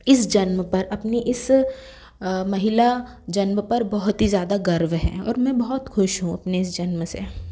इस जन्म पर अपनी इस महिला जन्म पर बहुत ही ज़्यादा गर्व है और मैं बहुत खुश हूँ अपने जन्म से